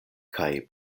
kaj